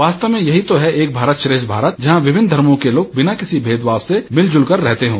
वास्तव में यही तो है एक भारत श्रेष्ठ भारत जहां विभिन्न धर्मो के लोग बिना किसी भेदभाव से मिलजूलकर रहते हों